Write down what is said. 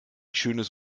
schönes